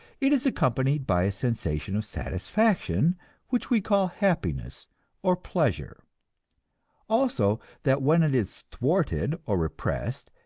it is accompanied by a sensation of satisfaction which we call happiness or pleasure also that when it is thwarted or repressed,